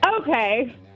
Okay